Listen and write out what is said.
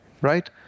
right